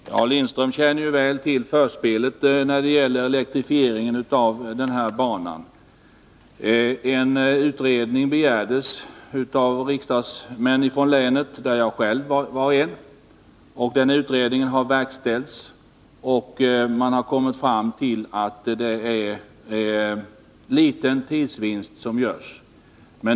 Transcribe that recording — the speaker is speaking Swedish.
Herr talman! Ralf Lindström känner väl till förspelet när det gäller elektrifieringen av den här banan. En utredning begärdes av riksdagsmän från länet — jag var själv en av dem. Den utredningen har verkställts, och man har kommit fram till att det är en liten tidsvinst som görs.